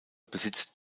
besitzt